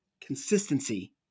Consistency